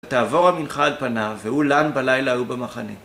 תעבור המנחה על פניו, והוא לן בלילה ההוא במחנה.